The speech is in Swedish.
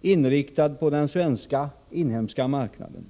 inriktad på den svenska, inhemska marknaden.